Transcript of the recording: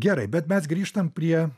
gerai bet mes grįžtam prie